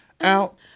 out